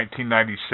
1997